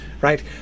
right